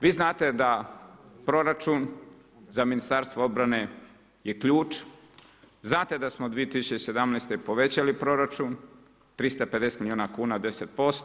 Vi znate da proračun za Ministarstvo obrane je ključ, znate da smo 2017. povećali proračun, 350 milijuna kuna, 10%